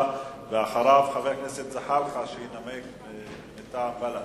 אחריו, חבר הכנסת ג'מאל זחאלקה, שינמק מטעם בל"ד.